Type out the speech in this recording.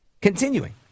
Continuing